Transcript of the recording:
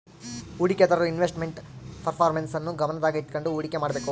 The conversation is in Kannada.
ಹೂಡಿಕೆದಾರರು ಇನ್ವೆಸ್ಟ್ ಮೆಂಟ್ ಪರ್ಪರ್ಮೆನ್ಸ್ ನ್ನು ಗಮನದಾಗ ಇಟ್ಕಂಡು ಹುಡಿಕೆ ಮಾಡ್ಬೇಕು